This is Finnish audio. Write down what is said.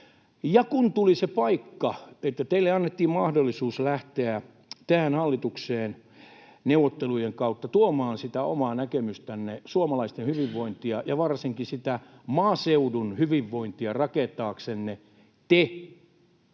ja kun tuli se paikka, että teille annettiin mahdollisuus lähteä tähän hallitukseen neuvottelujen kautta tuomaan sitä omaa näkemystänne suomalaisten hyvinvointia ja varsinkin sitä maaseudun hyvinvointia rakentamaan, te